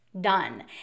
done